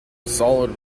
solid